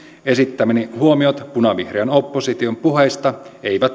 esittämäni huomiot punavihreän opposition puheista eivät